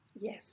yes